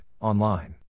online